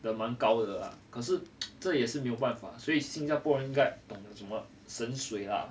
得蛮高的啦可是这也是没有办法所以新加坡人应该懂得什么省水啦